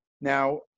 Now